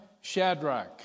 Shadrach